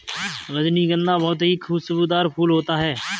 रजनीगंधा बहुत ही खुशबूदार फूल होता है